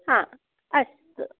हा अस्तु